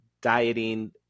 dieting